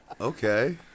Okay